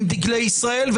עם דגלי ישראל,